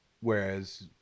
whereas